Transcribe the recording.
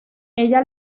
ella